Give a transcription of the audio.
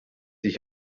dich